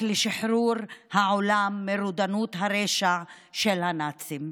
לשחרור העולם מרודנות הרשע של הנאצים.